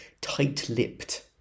tight-lipped